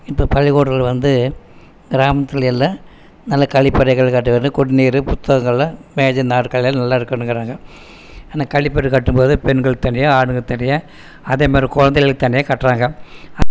இந்த பள்ளிக்கூடத்தில் வந்து கிராமத்திலயெல்லாம் நல்ல கழிப்பறை கட்டி கொடுக்கணும் குடிநீர் புத்தகங்களெலாம் மேஜை நாற்காலி எல்லாம் நல்லா இருக்கணுங்கிறாங்க ஆனால் கழிப்பறை கட்டும்போது பெண்கள் தனியாக ஆண்கள் தனியாக அதே மாதிரி குழந்தைகளுக்கு தனியாக கட்டுறாங்க